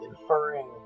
Inferring